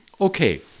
Okay